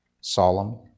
solemn